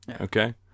Okay